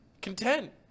content